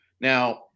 Now